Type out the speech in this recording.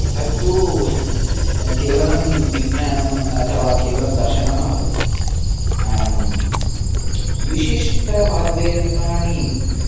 तत्तु केवलं विज्ञानम् अथवा केवलं दर्शनं भवति विशिष्टवाद्ययन्त्राणि